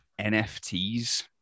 NFTs